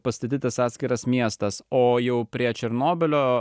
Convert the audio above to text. pastatytas atskiras miestas o jau prie černobylio